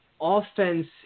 offense